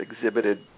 exhibited